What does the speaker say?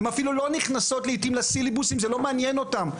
הן אפילו לא נכנסות לזה, זה לא מעניין אותן.